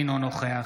אינו נוכח